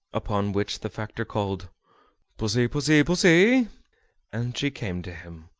upon which the factor called pussy, pussy, pussy! and she came to him.